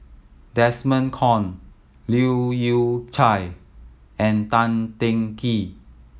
Desmond Kon Leu Yew Chye and Tan Teng Kee